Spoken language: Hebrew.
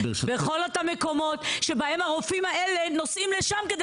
בכל אותם מקומות שבהם הרופאים האלה נוסעים לשם כדי